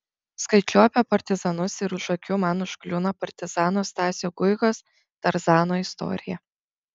skaičiau apie partizanus ir už akių man užkliūna partizano stasio guigos tarzano istorija